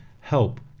help